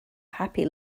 happy